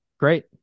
Great